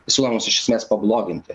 siūlo mus iš esmės pabloginti